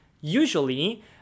Usually